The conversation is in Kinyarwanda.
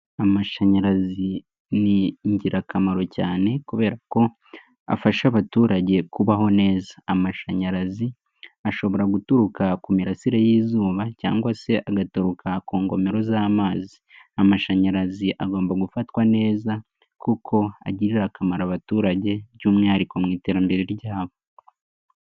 Amashanyarazi ni ingirakamaro cyane kubera ko afasha abaturage kubaho neza, amashanyarazi ashobora guturuka ku mirasire y'izuba cyangwa se agaturuka ku ngomero z'amazi. Amashanyarazi agomba gufatwa neza kuko agirira akamaro abaturage by'umwihariko mu iterambere ryabo.